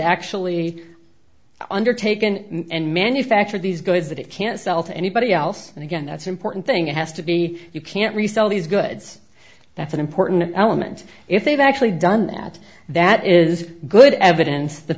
actually undertaken and manufacture these goods that it can't sell to anybody else and again that's important thing it has to be you can't resell these goods that's an important element if they've actually done that that is good evidence that